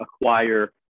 acquire